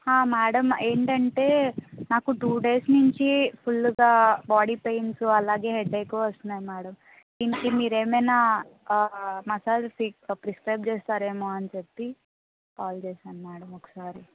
madam ఏంటంటే నాకు two days నుంచి ఫుల్గా బాడీ పెయిన్స్ అలాగే హెడ్ఏక్ వస్తున్నాయి మేడం దీనికి మీరేమైనా మసాజ్స్ ప్రిస్క్రైబ్ చేస్తారేమో అని చెప్పి కాల్ చేశాను మేడం ఒకసారి